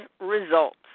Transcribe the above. results